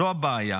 זו הבעיה.